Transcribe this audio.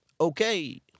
okay